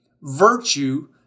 virtue